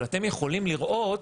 אבל אתם יכולים לראות